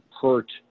hurt